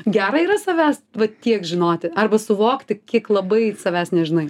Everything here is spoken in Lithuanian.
gera yra savęs va tiek žinoti arba suvokti kiek labai savęs nežinai